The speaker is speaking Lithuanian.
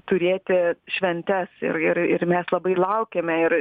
turėti šventes ir ir ir mes labai laukiame ir